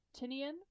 Tinian